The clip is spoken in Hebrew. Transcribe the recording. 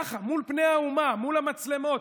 ככה, מול פני האומה, מול המצלמות,